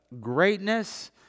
greatness